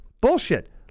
Bullshit